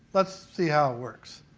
let's see how it works.